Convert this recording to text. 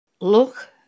Look